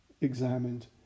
examined